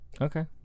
Okay